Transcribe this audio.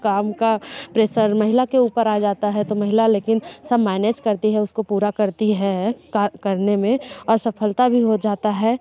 काम का प्रेसर महिला के ऊपर आ जाता है तो महिला लेकिन सब मैनेज करती है उसको पूरा करती है कार्य करने में और सफलता भी हो जाता है